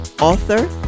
author